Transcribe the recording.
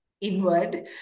inward